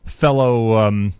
fellow